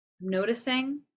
Noticing